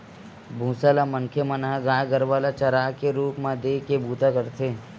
भूसा ल मनखे मन ह गाय गरुवा ल चारा के रुप म देय के बूता करथे